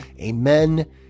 amen